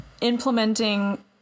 implementing